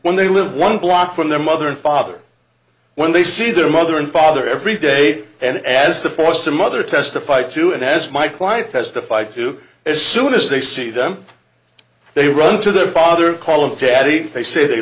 when they live one block from their mother and father when they see their mother and father every day and as the forced a mother testify to and as my client testify to as soon as they see them they run to their father call him daddy they say they